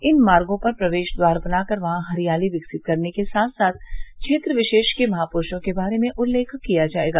इन मार्गो पर प्रवेश द्वार बनाकर वहां हरियाती विकसित करने के साथ साथ क्षेत्र विशेष के महापुरूषों के बारे में उल्लेख किया जायेगा